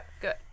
good